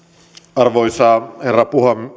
arvoisa herra